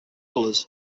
colours